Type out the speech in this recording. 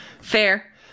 fair